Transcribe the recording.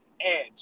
edge